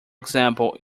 example